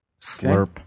Slurp